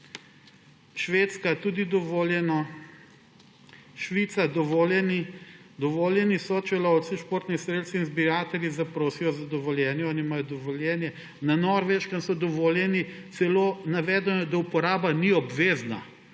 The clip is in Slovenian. Švedska, je tudi dovoljeno. Švica, dovoljeni so, če lovci, športni strelci in zbiratelji zaprosijo za dovoljenje, oni imajo dovoljenje. Na Norveškem so dovoljeni, navedeno je celo, da uporaba ni obvezna,